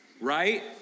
Right